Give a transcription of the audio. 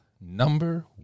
number